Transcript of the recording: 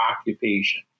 occupation